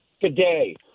today